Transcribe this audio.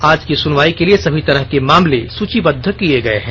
आज की सुनवाई के लिए सभी तरह के मामले सुचीबद्व किए गए हैं